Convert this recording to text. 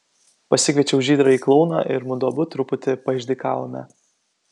pasikviečiau žydrąjį klouną ir mudu abu truputį paišdykavome